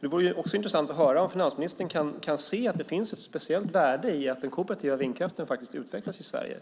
Det vore också intressant att höra om finansministern kan se att det finns ett speciellt värde i att den kooperativa vindkraften utvecklas i Sverige,